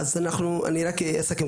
אני רק אסכם.